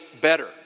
better